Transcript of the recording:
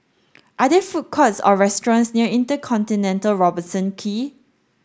are there food courts or restaurants near InterContinental Robertson Quay